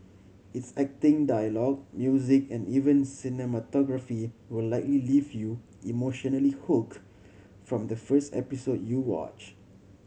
its acting dialogue music and even cinematography will likely leave you emotionally hooked from the first episode you watch